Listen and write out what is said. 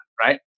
right